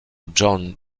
björn